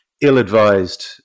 ill-advised